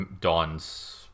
dawn's